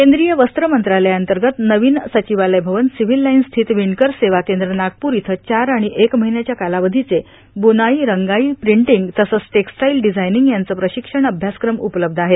केंद्रीय वस्त्र मंत्रालया अंतर्गत नवीन सचिवालय भवन सिवील लाईन्स स्थित विणकर सेवा केंद्र नागपूर इथं चार आणि एक महिन्याच्या कालावधीचे बुनाई रंगाई प्रिटींग तसंच टेक्सटाईल डिझाईनिंग याचे प्रशिक्षण अभ्यासक्रम उपलब्ध आहेत